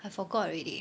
I forgot already